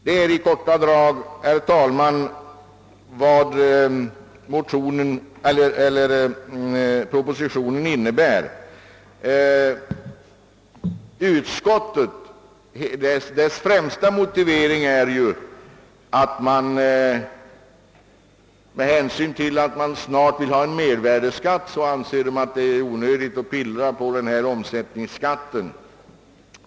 Detta är i korta drag, herr talman, propositionens innehåll. Utskottsmajoritetens främsta motivering är — med hänsyn till att man snart vill ha en mervärdeskatt införd — att det är onödigt att pillra på omsättningsskatten.